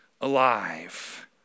alive